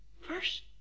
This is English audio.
First